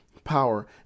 power